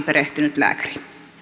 perehtynyt lääkäri